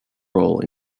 role